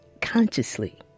consciously